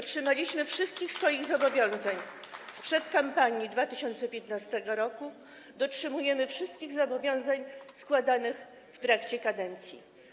Dotrzymaliśmy wszystkich swoich zobowiązań sprzed kampanii 2015 r., dotrzymujemy wszystkich zobowiązań składanych w trakcie kadencji.